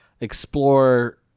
explore